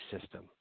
system